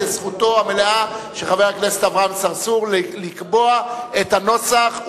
זכותו המלאה של חבר הכנסת אברהים צרצור לקבוע את הנוסח,